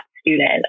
student